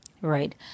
Right